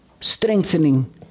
strengthening